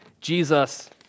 Jesus